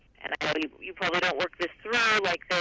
and kind of you but you probably don't work this through like this,